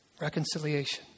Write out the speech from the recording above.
Reconciliation